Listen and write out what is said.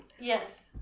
yes